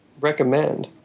recommend